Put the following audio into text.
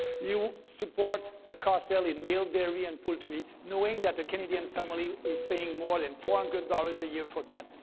you support the cartel in milk, dairy and poultry, knowing that a canadian family is paying more than four um hundred dollars a year for that.